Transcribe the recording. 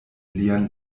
lian